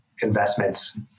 investments